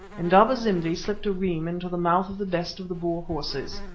indaba-zimbi slipped a reim into the mouth of the best of the boer horses,